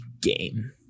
game